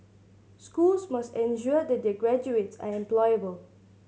schools must ensure that their graduates are employable